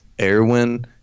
Erwin